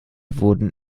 wurden